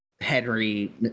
Henry